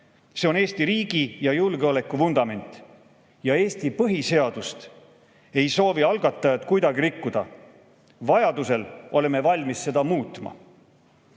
see on Eesti riigi julgeoleku vundament. Ja Eesti põhiseadust ei soovi algatajad kuidagi rikkuda. Vajadusel oleme valmis seda muutma.